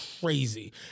crazy